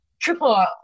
triple